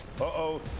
Uh-oh